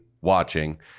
watching